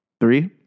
Three